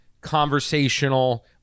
conversational